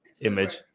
image